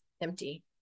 empty